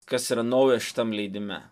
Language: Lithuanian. kas yra naujo šitam leidime